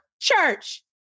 church